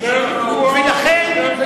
עזמי בשארה, עזמי בשארה הורשע בשחיתות מוסרית.